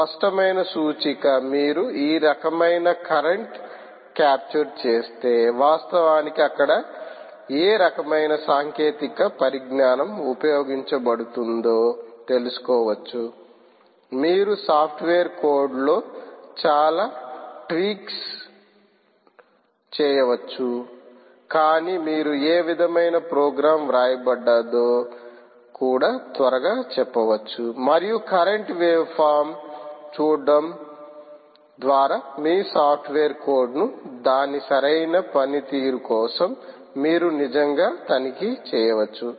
స్పష్టమైన సూచిక మీరు ఈ రకమైన కరెంట్ కాప్చర్ చేస్తే వాస్తవానికి అక్కడ ఏ రకమైన సాంకేతిక పరిజ్ఞానం ఉపయోగించబడుతుందో తెలుసుకోవచ్చు మీరు సాఫ్ట్వేర్ కోడ్లో చాలా ట్వీక్లు చేయవచ్చు కానీ మీరు ఏ విధమైన ప్రోగ్రామ్ వ్రాయబడ్డాదో కూడా త్వరగా చెప్పవచ్చు మరియు కరెంట్ వేవ్ ఫామ్ చూడటం ద్వారా మీ సాఫ్ట్వేర్ కోడ్ను దాని సరైన పని తీరు కోసం మీరు నిజంగా తనిఖీ చేయవచ్చు